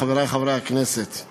חברי חברי הכנסת,